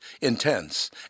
intense